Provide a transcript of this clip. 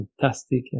fantastic